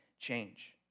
change